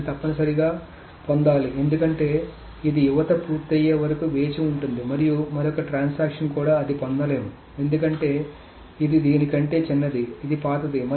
అది తప్పనిసరిగా పొందాలి ఎందుకంటే ఇది యువత పూర్తయ్యే వరకు వేచి ఉంటుంది మరియు మరొక ట్రాన్సాక్షన్ కూడా అది పొందలేము ఎందుకంటే ఇది దీని కంటే చిన్నది ఇది పాతది